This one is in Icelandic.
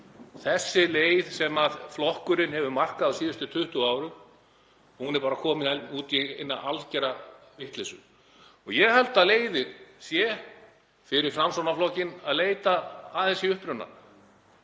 Þessi leið sem flokkurinn hefur markað á síðustu 20 árum er komin út í algera vitleysu. Ég held að leiðin sé fyrir Framsóknarflokkinn að leita aðeins í upprunann,